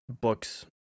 books